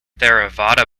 theravada